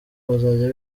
bazajya